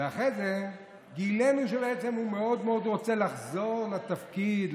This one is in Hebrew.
אחרי זה גילינו שבעצם הוא מאוד מאוד רוצה לחזור לתפקיד,